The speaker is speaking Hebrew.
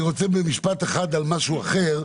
אני רוצה במשפט אחד על משהו אחר,